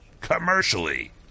Commercially